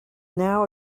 now